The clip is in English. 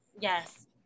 yes